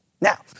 Now